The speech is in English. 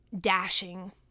dashing